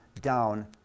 down